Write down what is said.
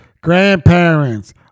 grandparents